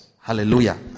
Hallelujah